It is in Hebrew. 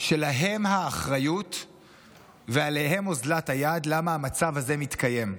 שלהם האחריות ושלהם אוזלת היד למה המצב הזה מתקיים,